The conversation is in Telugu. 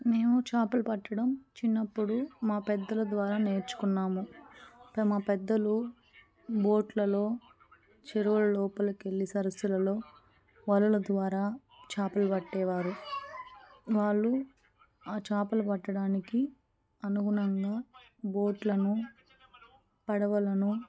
మేము చేపలు పట్టడం చిన్నప్పుడు మా పెద్దల ద్వారా నేర్చుకున్నాము మా పెద్దలు బోట్లలో చెరువుల లోపలికి వెళ్ళి సరస్సులలో వలలు ద్వారా చేపలు పట్టేవారు వాళ్ళు ఆ చాపలు పట్టడానికి అనుగుణంగా బోట్లను పడవలను